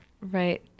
Right